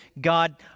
God